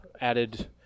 added